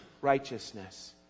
righteousness